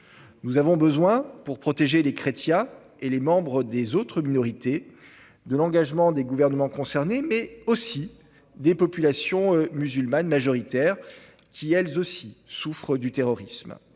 Nous avons besoin, pour protéger les chrétiens et les membres des autres minorités, de l'engagement des gouvernements concernés, mais également des populations musulmanes majoritaires qui, elles aussi, souffrent du terrorisme.